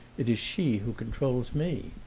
it's she who controls me.